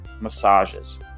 massages